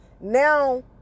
now